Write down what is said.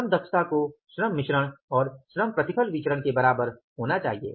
श्रम दक्षता को श्रम मिश्रण और श्रम प्रतिफल विचरण के बराबर होनी चाहिए